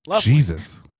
Jesus